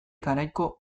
garaiko